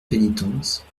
pénitence